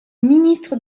ministre